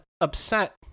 upset